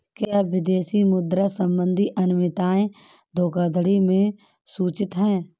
क्या विदेशी मुद्रा संबंधी अनियमितताएं धोखाधड़ी में सूचित हैं?